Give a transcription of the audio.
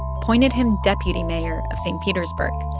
appointed him deputy mayor of st. petersburg.